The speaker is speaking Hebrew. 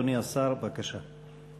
אדוני השר, בבקשה.